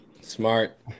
Smart